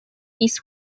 east